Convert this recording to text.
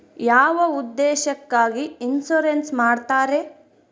ಯಾವ ಉದ್ದೇಶಕ್ಕಾಗಿ ಇನ್ಸುರೆನ್ಸ್ ಮಾಡ್ತಾರೆ?